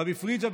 רבי פריג'א,